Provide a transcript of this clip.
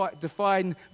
define